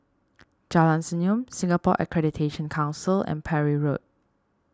Jalan Senyum Singapore Accreditation Council and Parry Road